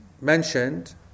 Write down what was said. mentioned